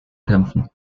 kämpfen